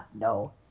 No